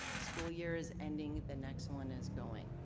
school year is ending, the next one is going.